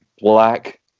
black